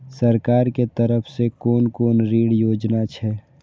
सरकार के तरफ से कोन कोन ऋण योजना छै?